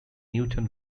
newton